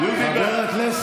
מרמה והפרת אמונים,